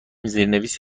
زیرنویس